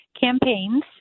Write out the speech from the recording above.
campaigns